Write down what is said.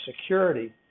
security